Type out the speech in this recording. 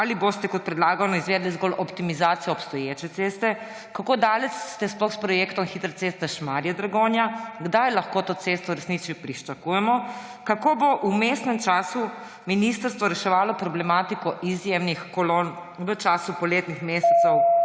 Ali boste kot predlagano izvedli zgolj optimizacijo obstoječe ceste? Kako daleč ste sploh s projektom hitre ceste Šmarje–Dragonja? Kdaj lahko to cesto v resnici pričakujemo? Kako bo v vmesnem času ministrstvo reševalo problematiko izjemnih kolon v času poletnih mesecev